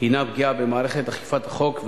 הינה פגיעה במערכת אכיפת החוק,